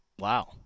Wow